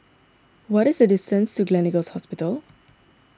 what is the distance to Gleneagles Hospital